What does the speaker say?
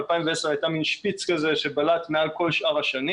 2010 הייתה מן שפיץ כזה שבלט מעל כל שאר השנים